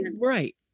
right